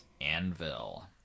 Anvil